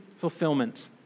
fulfillment